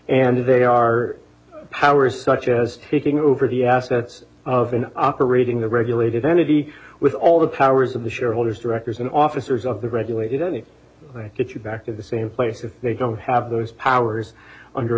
and they are powers such as taking over the assets of an operating the regulated entity with all the powers of the shareholders directors and officers of the regulated any i think you back to the same place if they don't have those powers under